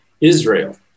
Israel